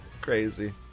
Crazy